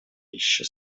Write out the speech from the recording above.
еще